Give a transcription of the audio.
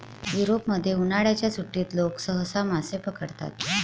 युरोपमध्ये, उन्हाळ्याच्या सुट्टीत लोक सहसा मासे पकडतात